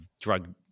drug